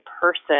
person